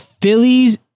Phillies